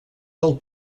del